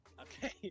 okay